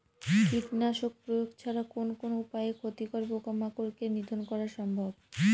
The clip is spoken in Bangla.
কীটনাশক প্রয়োগ ছাড়া কোন কোন উপায়ে ক্ষতিকর পোকামাকড় কে নিধন করা সম্ভব?